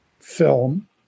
film